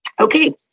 Okay